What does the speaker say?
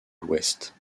l’ouest